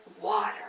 water